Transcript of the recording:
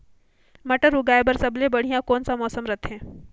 मटर उगाय बर सबले बढ़िया कौन मौसम रथे?